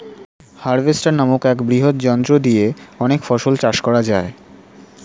harvester নামক এক বৃহৎ যন্ত্র দিয়ে অনেক ফসল চাষ করা যায়